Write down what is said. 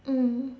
mm